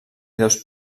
dos